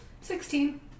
Sixteen